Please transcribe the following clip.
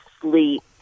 sleep